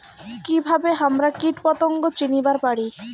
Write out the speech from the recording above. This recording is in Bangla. কিভাবে হামরা কীটপতঙ্গ চিনিবার পারি?